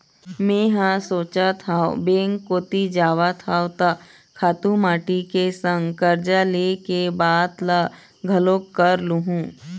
मेंहा सोचत हव बेंक कोती जावत हव त खातू माटी के संग करजा ले के बात ल घलोक कर लुहूँ